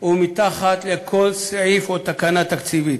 או מתחת לכל סעיף או תקנה תקציבית.